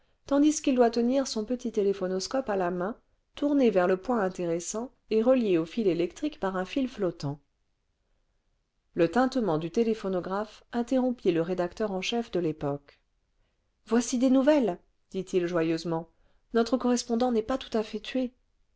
tandis qu'il doit tenir son petit téléphonoscope à la main tourné vers le point intéressant et relié au fil électrique par un fil flottant le tintement du téléphonographe interrompit le rédacteur en chef de y époque voici des nouvelles dit-il joyeusement notre correspondant n'est pas tout à fait tué